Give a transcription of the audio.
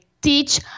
teach